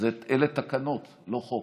אלה תקנות, לא חוק.